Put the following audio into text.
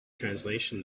translation